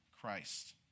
Christ